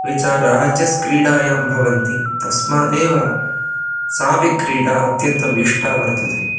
विचाराः चस् क्रीडायां भवन्ति तस्मादेव सापि क्रीडा अत्यन्तम् इष्टा वर्तते